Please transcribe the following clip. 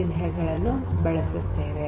ಚಿನ್ಹೆಗಳನ್ನು ಉಪಯೋಗಿಸುತ್ತೇವೆ